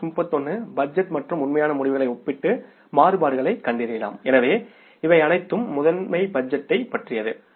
March 31 budget மற்றும் உண்மையான முடிவுகளை ஒப்பிட்டு மாறுபாடுகளைக் கண்டறியலாம் எனவே இவை அனைத்தும் முதன்மை பட்ஜெட்டைப் பற்றியது